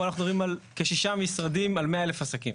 פה אנחנו מדברים על כשישה משרדים על 100,000 עסקים.